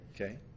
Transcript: Okay